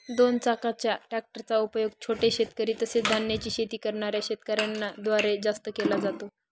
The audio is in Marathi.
दोन चाकाच्या ट्रॅक्टर चा उपयोग छोटे शेतकरी, तसेच धान्याची शेती करणाऱ्या शेतकऱ्यांन द्वारे जास्त केला जातो